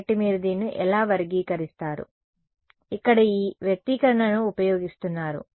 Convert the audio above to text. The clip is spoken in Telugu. కాబట్టి మీరు దీన్ని ఎలా వర్గీకరిస్తారు ఇక్కడ ఈ వ్యక్తీకరణను ఉపయోగిస్తున్నారు